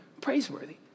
praiseworthy